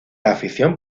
afición